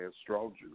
astrology